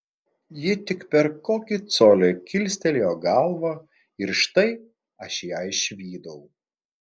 ji tik per kokį colį kilstelėjo galvą ir štai aš ją išvydau